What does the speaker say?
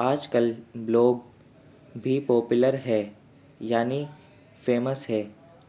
آج کل بلاگ بھی پوپلر ہے یعنی فیمس ہے